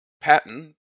Patton